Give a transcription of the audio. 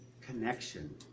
connection